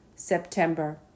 September